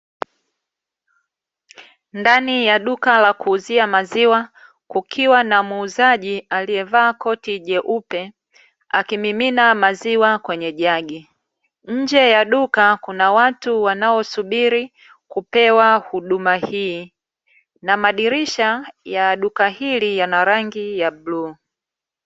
Ndani ya duka la kuuzia maziwa, kukiwa na muuzaji aliyevaa koti jeupe akimimina maziwa kwenye jagi. Nje ya duka kuna watu wanaosubiri kupewa huduma hii, na madirisha ya duka hili yana rangi ya bluu.